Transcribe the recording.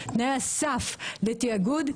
תנאי הסף לתיאגוד,